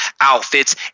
outfits